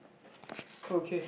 okay